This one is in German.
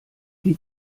wie